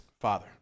Father